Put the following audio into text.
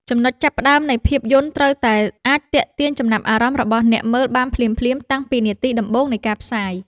ចំណុចចាប់ផ្ដើមនៃភាពយន្តត្រូវតែអាចទាក់ទាញចំណាប់អារម្មណ៍របស់អ្នកមើលបានភ្លាមៗតាំងពីនាទីដំបូងនៃការផ្សាយ។